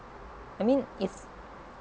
I mean if